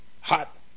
hot